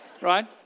Right